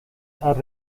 are